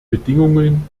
bedingungen